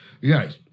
Yes